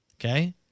Okay